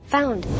Found